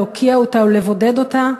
להוקיע אותה ולבודד אותה,